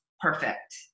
perfect